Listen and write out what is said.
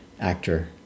actor